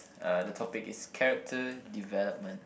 uh the topic is character development